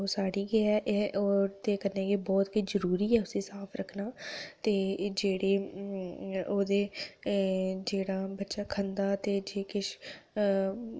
ओह् सारी गे ऐ ते कन्नै गे बहुत गै जरूरी ऐ उसी साफ रक्खना ते जेह्ड़े ओह्दे जेह्ड़ा बच्चा खंदा ते जे किश